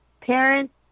parents